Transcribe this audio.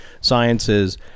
sciences